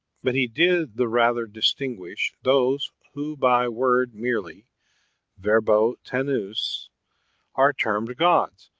but he did the rather distinguish those who by word merely verho tenus are termed gods,